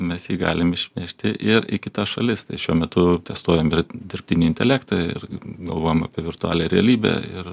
mes jį galim išnešti ir į kitas šalis šiuo metu testuojam ir dirbtinį intelektą ir galvojam apie virtualią realybę ir